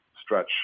stretch